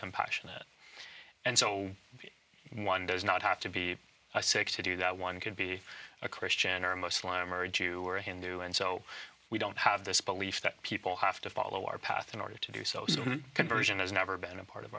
compassionate and so one does not have to be a six to do that one could be a christian or muslim or a jew or a hindu and so we don't have this belief that people have to follow our path in order to do so conversion has never been a part of